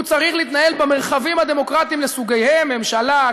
הוא צריך להתנהל במרחבים הדמוקרטיים לסוגיהם: ממשלה,